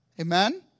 Amen